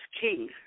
king